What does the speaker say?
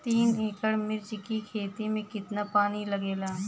तीन एकड़ मिर्च की खेती में कितना पानी लागेला?